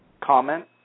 comment